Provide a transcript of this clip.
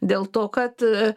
dėl to kad